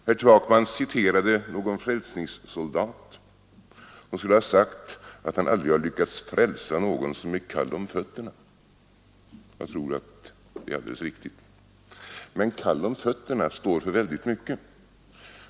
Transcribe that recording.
Herr Takman citerade en frälsningssoldat som skulle ha sagt att han aldrig lyckats frälsa någon som var kall om fötterna. Jag tror att det är alldeles riktigt. Men ”kall om fötterna” står för väldigt mycket.